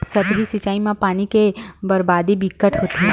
सतही सिचई म पानी के बरबादी बिकट होथे